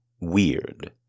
weird